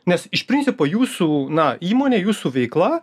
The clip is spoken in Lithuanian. nes iš principo jūsų na įmonė jūsų veikla